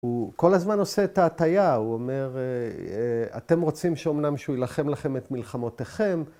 ‫הוא כל הזמן עושה את ההטייה. ‫הוא אומר, אתם רוצים שאומנם ‫שהוא ילחם לכם את מלחמותיכם.